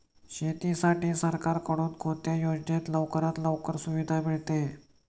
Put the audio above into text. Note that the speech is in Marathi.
शेतीसाठी सरकारकडून कोणत्या योजनेत लवकरात लवकर सुविधा मिळते?